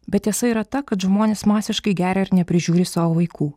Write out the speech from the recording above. bet tiesa yra ta kad žmonės masiškai geria ir neprižiūri savo vaikų